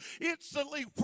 instantly